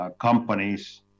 Companies